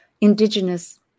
indigenous